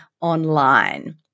online